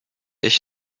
ich